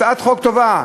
הצעת החוק טובה,